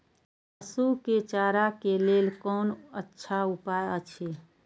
पशु के चारा के लेल कोन अच्छा उपाय अछि?